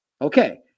Okay